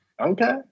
okay